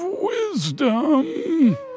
wisdom